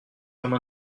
comme